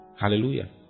hallelujah